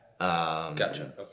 Gotcha